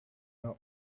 are